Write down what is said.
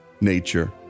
nature